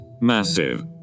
Massive